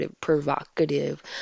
provocative